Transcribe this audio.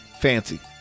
fancy